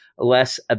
less